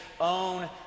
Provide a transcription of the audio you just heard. own